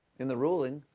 in the ruling,